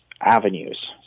avenues